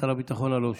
הביטחון אלון שוסטר.